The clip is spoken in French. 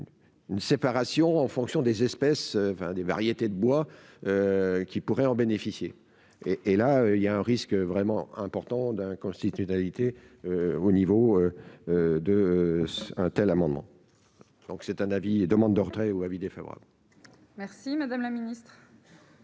une séparation en fonction des espèces des variétés de bois qui pourraient en bénéficier et et là il y a un risque vraiment important d'inconstitutionnalité au niveau de 1 tels amendements, donc c'est un avis et demande de retrait ou avis défavorable. Merci, Madame la Ministre.